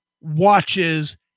watches